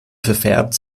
verfärbt